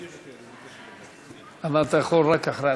זאת שיטה טובה,